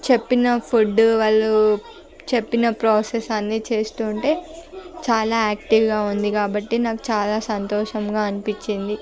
చెప్పిన ఫుడ్డు వాళ్ళు చెప్పిన ప్రోసెస్ అన్ని చేస్తుంటే చాలా యాక్టివ్గా ఉంది కాబట్టి నాకు చాలా సంతోషంగా అనిపించింది